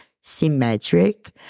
symmetric